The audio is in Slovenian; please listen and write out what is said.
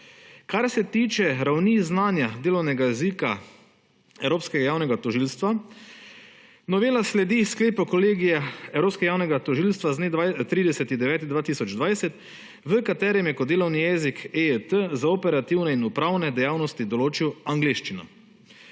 Kar se tiče ravni znanja delovnega jezika Evropskega javnega tožilstva, novela sledi sklepu kolega Evropskega javnega tožilstva z dne 30. 9. 2020, v katerem je kot delovni jezik EJT za operativne in upravne dejavnosti določil angleščino.